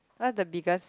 what's the biggest